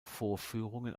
vorführungen